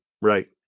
right